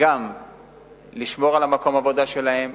גם לשמור על מקום העבודה שלהם,